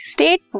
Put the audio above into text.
State